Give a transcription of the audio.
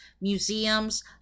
museums